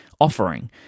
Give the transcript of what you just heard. offering